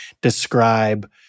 describe